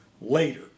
later